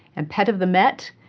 and pet of the met,